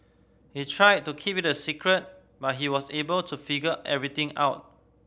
they tried to keep it a secret but he was able to figure everything out